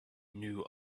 knew